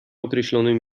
określonym